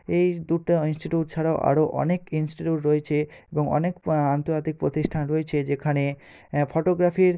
এই দুটো ইনস্টিটিউট ছাড়াও আরও অনেক ইনস্টিটিউট রয়েছে এবং অনেক আন্তর্জাতিক প্রতিষ্ঠান রয়েছে যেখানে ফটোগ্রাফির